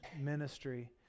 ministry